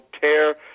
tear